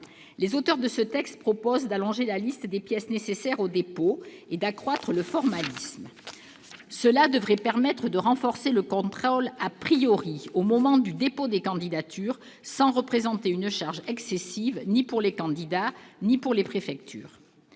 Les auteurs de ce texte proposent d'allonger la liste des pièces nécessaires au dépôt de candidature et d'accroître le formalisme. Cela devrait permettre de renforcer le contrôle, lors du dépôt, sans représenter une charge excessive ni pour les candidats ni pour les préfectures.